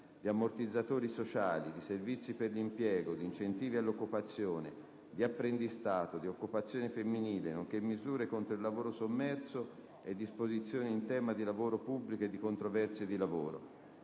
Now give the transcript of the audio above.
di ammortizzatori sociali, di servizi per l'impiego, di incentivi all'occupazione, di apprendistato, di occupazione femminile, nonché misure contro il lavoro sommerso e disposizioni in tema di lavoro pubblico e di controversie di lavoro",